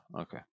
Okay